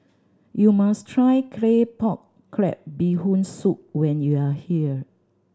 you must try Claypot Crab Bee Hoon Soup when you are here